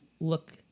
look